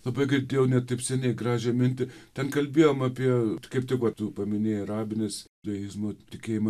labai girdėjau ne taip seniai gražią mintį ten kalbėjom apie kaip tik va tu paminėjai rabines judaizmo tikėjimą